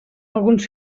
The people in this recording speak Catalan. alguns